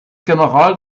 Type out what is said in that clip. general